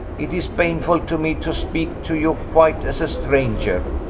it is painful to me to speak to you quite as a stranger.